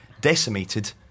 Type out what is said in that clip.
decimated